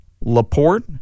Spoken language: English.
LaPorte